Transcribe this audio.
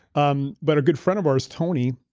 um but a good friend of ours, tony,